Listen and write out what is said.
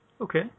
okay